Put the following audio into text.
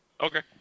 okay